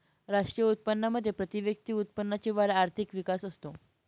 राष्ट्रीय उत्पन्नामध्ये प्रतिव्यक्ती उत्पन्नाची वाढ आर्थिक विकास असतो